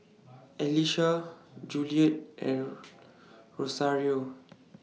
Alisha Juliet and Rosario